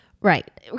Right